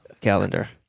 calendar